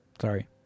Sorry